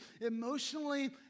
emotionally